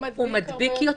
הוא מדביק יותר.